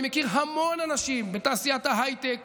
אני מכיר המון אנשים בתעשיית ההייטק